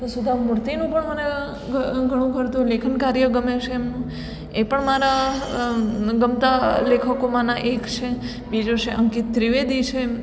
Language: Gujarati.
તો સુધા મૂર્તિનું પણ મને ઘણું ખરું તો લેખન કાર્ય ગમે છે એમ એ પણ મારા મનગમતા લેખકોમાંના એક છે બીજો છે અંકિત ત્રિવેદી છે